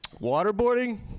Waterboarding